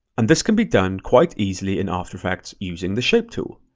and this can be done quite easily in after effects using the shape tool.